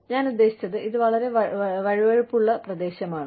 ഞാൻ ഉദ്ദേശിച്ചത് ഇത് വളരെ വഴുവഴുപ്പുള്ള പ്രദേശമാണ്